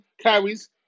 carries